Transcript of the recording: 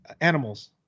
animals